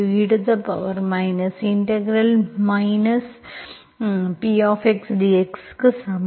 க்கு சமம்